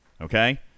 Okay